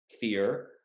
fear